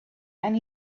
and